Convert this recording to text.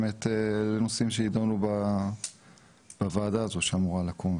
אלה באמת נושאים שיידונו בוועדה הזו שאמורה לקום,